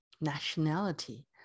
nationality